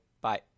bye